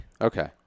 Okay